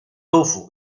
州府